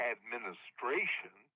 Administration